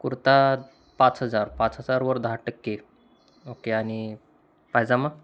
कुर्ता पाच हजार पाच हजारवर दहा टक्के ओके आणि पायजमा